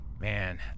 man